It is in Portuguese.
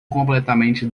completamente